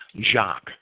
Jacques